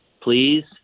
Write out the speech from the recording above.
please